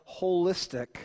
holistic